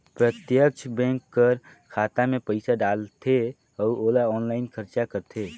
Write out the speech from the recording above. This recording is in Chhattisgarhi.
प्रत्यक्छ बेंक कर खाता में पइसा डालथे अउ ओला आनलाईन खरचा करथे